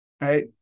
right